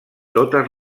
totes